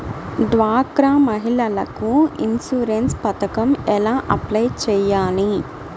డ్వాక్రా మహిళలకు ఇన్సూరెన్స్ పథకం ఎలా అప్లై చెయ్యాలి?